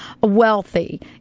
wealthy